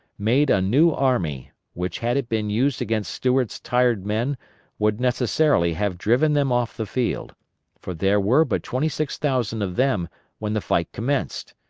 made a new army, which had it been used against stuart's tired men would necessarily have driven them off the field for there were but twenty six thousand of them when the fight commenced.